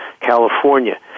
California